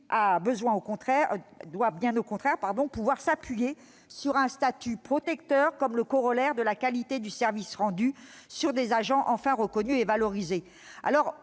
notre pays doit pouvoir s'appuyer sur un statut protecteur comme le corollaire de la qualité du service rendu, sur des agents enfin reconnus et valorisés.